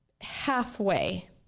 halfway